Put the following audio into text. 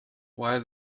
why